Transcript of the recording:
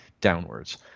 downwards